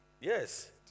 Yes